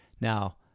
Now